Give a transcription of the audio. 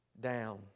down